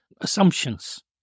assumptions